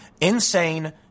insane